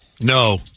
No